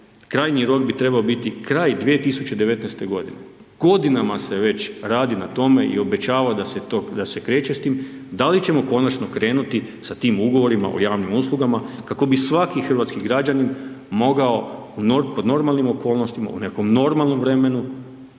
krajnji rok bi trebao biti kraj 2019. g. Godinama se već radi na tome i obećava da se kreće s tim. Da li ćemo konačno krenuti sa tim ugovorima o javnim uslugama kako bi svaki hrvatski građanin mogao po normalnim okolnostima, u nekom normalnom vremenu